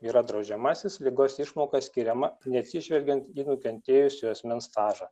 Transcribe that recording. yra draudžiamasis ligos išmoka skiriama neatsižvelgiant į nukentėjusiojo asmens stažą